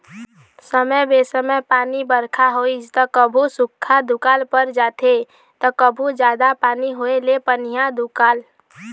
समे बेसमय पानी बरखा होइस त कभू सुख्खा दुकाल पर जाथे त कभू जादा पानी होए ले पनिहा दुकाल